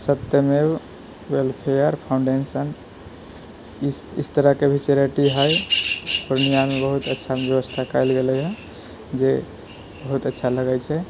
सत्यमेव welfare foundation इस तरहके भी चैरिटी हैय पूर्णियामे बहुत अच्छा व्यवस्था कएल गेलै यऽ जे बहुत अच्छा लगै छै